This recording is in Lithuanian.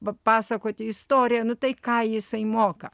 papasakoti istoriją tai ką jisai moka